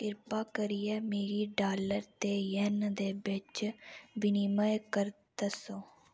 किरपा करियै मिगी डालर ते येन दे बिच्च विनिमय कर दस्सो